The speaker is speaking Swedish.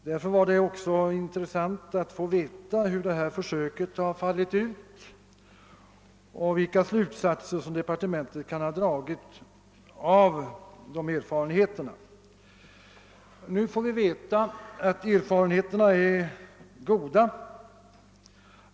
Därför var det också intressant att få veta hur detta försök utfallit och vilka slutsatser departementet kunde ha dragit av erfarenheten. Nu får vi veta att erfarenheterna är goda.